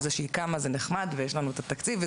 זה שהיא קמה זה נחמד ויש לנו את התקציב,